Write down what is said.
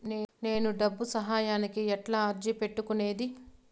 నేను డబ్బు సహాయానికి ఎట్లా అర్జీ పెట్టుకునేది?